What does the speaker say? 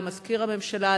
למזכיר הממשלה,